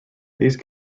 these